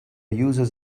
users